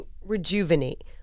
rejuvenate